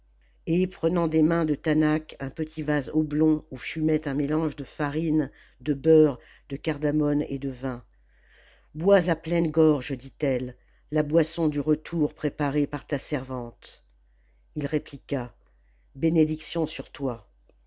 et prenant des mains de taanach un petit vase obîong où fumait un mélange de farine de beurre de cardamome et de vin bois à pleine orge dit-elle la boisson du retour préparée par ta servante ii répliqua bénédiction sur toi